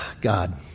God